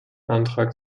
antrag